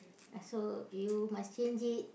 ah so you must change it